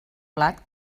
blat